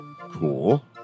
Cool